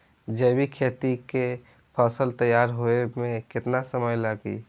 जैविक खेती के फसल तैयार होए मे केतना समय लागी?